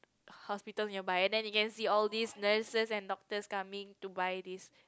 hospital nearby then you can see all this nurses and doctors coming to buy this